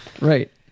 right